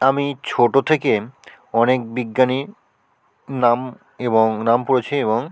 আমি ছোটো থেকে অনেক বিজ্ঞানী নাম এবং নাম পড়েছি এবং